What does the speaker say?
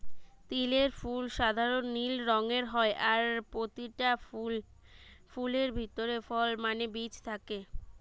তিলের ফুল সাধারণ নীল রঙের হয় আর পোতিটা ফুলের ভিতরে ফল মানে বীজ থাকে